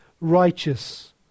righteous